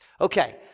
Okay